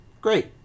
Great